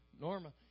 Norma